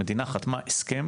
המדינה חתמה הסכם